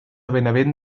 benavent